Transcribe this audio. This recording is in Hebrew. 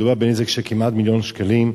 מדובר בנזק של כמעט מיליון שקלים,